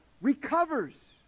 recovers